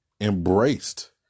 embraced